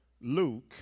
Luke